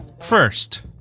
First